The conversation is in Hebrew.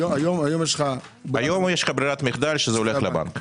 היום יש לך ברירת מחדל שזה הולך לבנק.